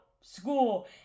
school